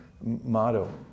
motto